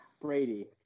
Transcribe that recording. Brady